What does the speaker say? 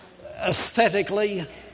aesthetically